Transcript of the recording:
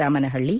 Ramanahalli